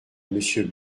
monsieur